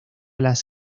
las